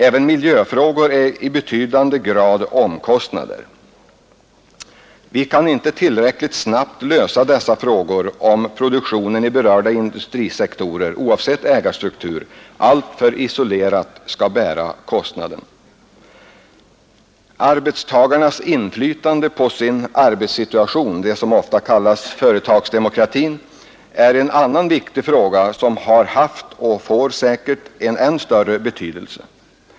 Även miljöfrågor är i betydande grad omkostnader. Vi kan inte tillräckligt snabbt lösa dessa frågor om produktionen i berörda industrisektorer — oavsett ägarstruktur — alltför isolerat skall bära kostnaden. Arbetstagarnas inflytande på sin arbetssituation, det som ofta kallas företagsdemokrati, är en annan viktig fråga som har haft och säkert får än större betydelse.